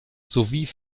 sowie